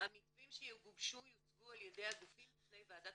המתווים שיגובשו יוצגו על ידי הגופים בפני ועדת